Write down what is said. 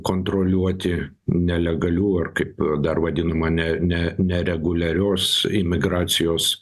kontroliuoti nelegalių ar kaip dar vadinama ne ne nereguliarios imigracijos